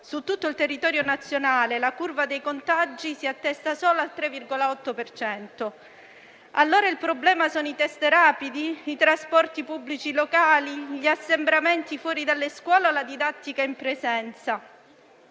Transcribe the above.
su tutto il territorio nazionale la curva dei contagi si attesta solo al 3,8 per cento. Il problema, allora, sono i test rapidi, i trasporti pubblici locali, gli assembramenti fuori dalle scuola o la didattica in presenza?